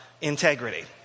integrity